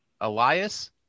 Elias